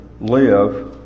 live